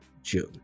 june